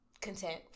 content